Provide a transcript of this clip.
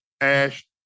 Ash